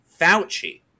Fauci